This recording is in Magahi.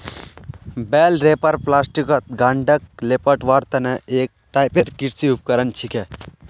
बेल रैपर प्लास्टिकत गांठक लेपटवार तने एक टाइपेर कृषि उपकरण छिके